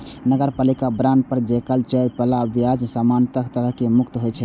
नगरपालिका बांड पर चुकाएल जाए बला ब्याज सामान्यतः कर मुक्त होइ छै